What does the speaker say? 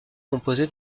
composé